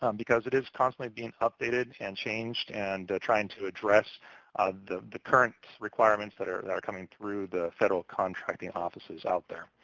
um because it is constantly being updated and changed and trying to address the the current requirements that are that are coming through the federal contracting offices out there.